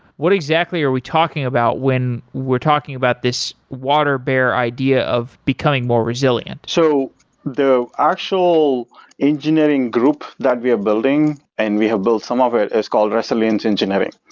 what exactly are we talking about when we're talking about this water bear idea of becoming more resilient? so the actual engineering group that we are building and we have built some of it is called resilient engineering.